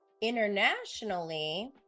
internationally